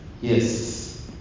Yes